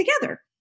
together